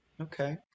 Okay